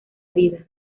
vida